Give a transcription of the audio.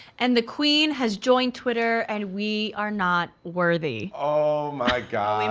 and the queen has joined twitter and we are not worthy. oh my god! and